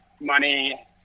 money –